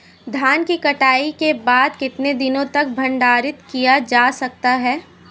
धान की कटाई के बाद कितने दिनों तक भंडारित किया जा सकता है?